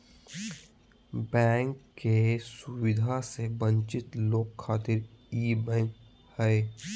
bank के सुविधा से वंचित लोग खातिर ई बैंक हय